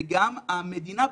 וגם המדינה,